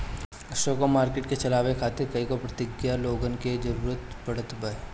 spot market के चलावे खातिर कईगो प्रतिभागी लोगन के जरूतर पड़त हवे